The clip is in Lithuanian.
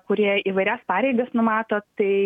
kurie įvairias pareigas numato tai